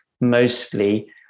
Mostly